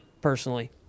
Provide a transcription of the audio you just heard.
personally